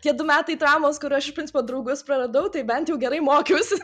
tie du metai traumos kur aš iš principo draugus praradau tai bent jau gerai mokiaus